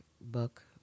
book